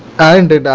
and